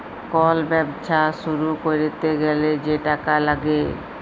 call ব্যবছা শুরু ক্যইরতে গ্যালে যে টাকা ল্যাগে